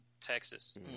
Texas